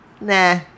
Nah